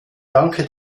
danke